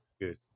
Good